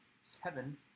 seven